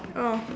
oh